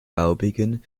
baubeginn